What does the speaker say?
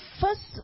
first